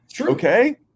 Okay